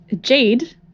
Jade